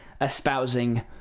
espousing